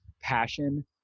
passion